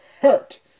Hurt